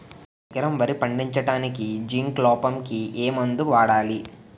ఎకరం వరి పండించటానికి జింక్ లోపంకి ఏ మందు వాడాలి?